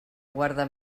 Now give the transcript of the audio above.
guarda